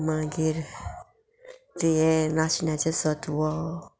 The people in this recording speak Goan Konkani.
मागीर तें हें नाचण्याचें सत्व